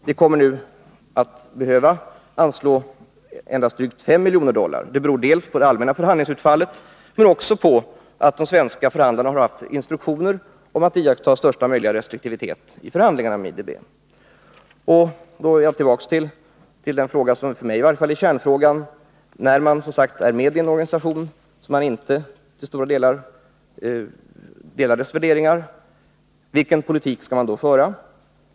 Vi kommer nu att behöva anslå endast drygt 5 miljoner dollar. Det beror dels på det allmänna förhandlingsutfallet, men också på att de svenska förhandlarna har haft instruktioner om att iaktta största möjliga restriktivitet i förhandlingarna med IDB. Då är jag tillbaka till den fråga som i varje fall för mig är kärnfrågan: När man som sagt är med i en organisation vars värderingar man i stora stycken inte delar, vilken politik skall man då föra?